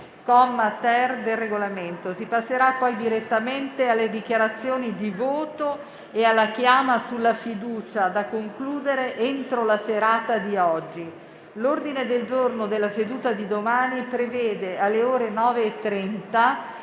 comma 3-*ter*, del Regolamento. Si passerà poi direttamente alle dichiarazioni di voto e alla chiama sulla fiducia, da concludere entro la serata di oggi. L'ordine del giorno della seduta di domani prevede, alle ore 9,30,